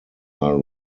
are